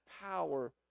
power